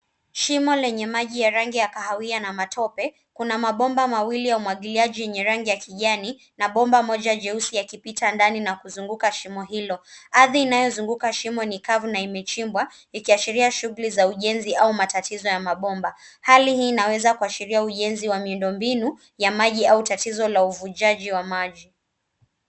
Shimo lenye maji ya rangi ya kahawia na matope. Kuna mabomba mawili ya umwagiliaji yenye rangi ya kijani na bomba moja jeusi, yakipita ndani na kuzunguka shimo hilo. Ardhi inayozunguka shimo ni kavu na imechimbwa, ikiashiria shughuli za ujenzi au matatizo ya mabomba. Hali hii inaweza kuashiria ujenzi wa miundo mbinu ya maji au tatizo la ufujaji wa maji.